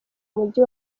mujyi